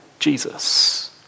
Jesus